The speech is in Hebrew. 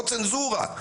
בזאת צנזורה,